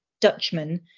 Dutchman